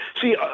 See